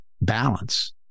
balance